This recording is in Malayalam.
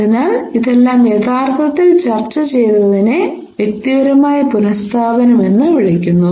അതിനാൽ ഇതെല്ലാം യഥാർത്ഥത്തിൽ ചർച്ച ചെയ്തതിനെ വ്യക്തിപരമായ പുനസ്ഥാപനം എന്ന് വിളിക്കുന്നു